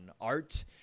art –